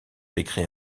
décrit